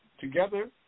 together